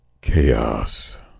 chaos